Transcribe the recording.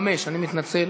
חמש, אני מתנצל.